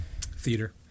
Theater